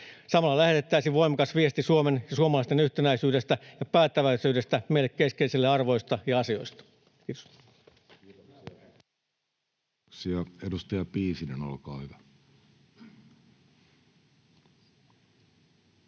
Samalla lähetettäisiin voimakas viesti Suomen ja suomalaisten yhtenäisyydestä ja päättäväisyydestä meille keskeisissä arvoissa ja asioissa. — Kiitos.